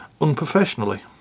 unprofessionally